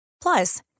plus